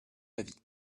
avis